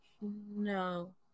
No